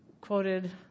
quoted